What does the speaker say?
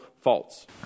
faults